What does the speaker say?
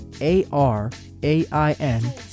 A-R-A-I-N